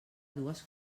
dues